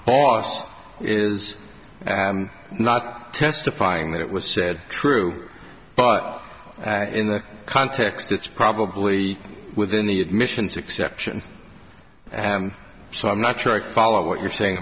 cost is not testifying that it was said true but in the context it's probably within the admissions exception so i'm not sure i follow what you're saying